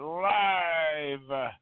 live